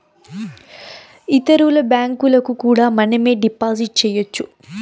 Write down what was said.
ఇతరుల బ్యాంకులకు కూడా మనమే డిపాజిట్ చేయొచ్చు